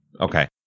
Okay